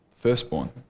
Firstborn